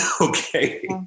okay